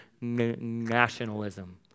nationalism